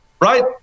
right